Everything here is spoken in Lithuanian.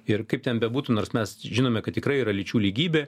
ir kaip ten bebūtų nors mes žinome kad tikrai yra lyčių lygybė